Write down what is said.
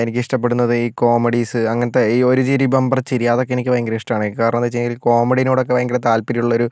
എനിക്കിഷ്ടപ്പെടുന്നത് ഈ കോമഡീസ് അങ്ങനത്തെ ഈ ഒരു ചിരി ബംബർ ചിരി അതൊക്കെ എനിക്ക് ഭയങ്കര ഇഷ്ടമാണ് കാരണം എന്താണെന്ന് വെച്ചുകഴിഞ്ഞാൽ കോമഡിനോടൊക്കെ ഭയങ്കര താൽപര്യം ഉള്ളൊരു